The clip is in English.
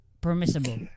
permissible